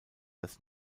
dass